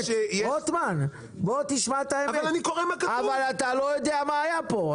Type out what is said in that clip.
בוא תשמע מה האמת.